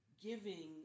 giving